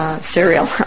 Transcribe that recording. Cereal